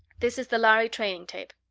this is the lhari training tape.